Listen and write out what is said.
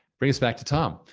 bring us back to tom.